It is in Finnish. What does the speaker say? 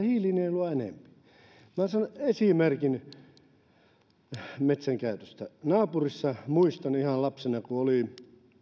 hiilinielua enemmän minä sanon esimerkin metsänkäytöstä muistan ihan lapsuudesta kun naapurissa oli avohakkuu